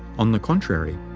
on the contrary,